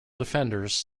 defenders